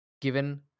given